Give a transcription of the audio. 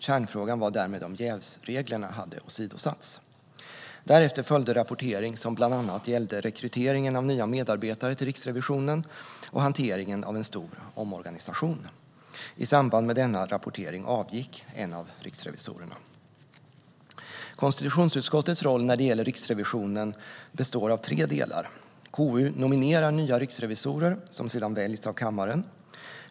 Kärnfrågan var därmed om jävsreglerna hade åsidosatts. Därefter följde rapportering som bland annat gällde rekryteringen av nya medarbetare till Riksrevisionen och hanteringen av en stor omorganisation. I samband med denna rapportering avgick en av riksrevisorerna. Konstitutionsutskottets roll när det gäller Riksrevisionen består av tre delar: KU nominerar nya riksrevisorer, som sedan väljs av kammaren.